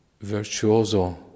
virtuoso